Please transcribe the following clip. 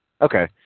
Okay